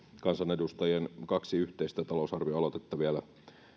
kansanedustajien kaksi yhteistä talousarvioaloitetta vielä